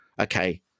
okay